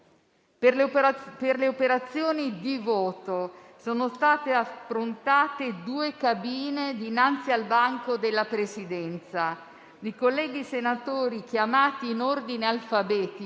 Per le operazioni di voto sono state approntate due cabine dinanzi al banco della Presidenza. I colleghi senatori, chiamati in ordine alfabetico,